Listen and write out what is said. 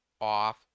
off